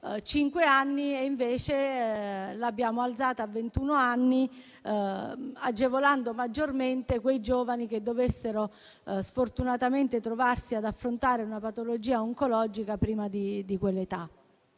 alzato tale soglia a ventuno anni, agevolando maggiormente i giovani che dovessero sfortunatamente trovarsi ad affrontare una patologia oncologica prima di quell'età.